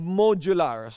modular